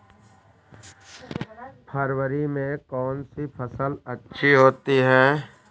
फरवरी में कौन सी फ़सल अच्छी होती है?